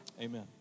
Amen